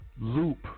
loop